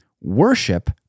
worship